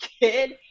kid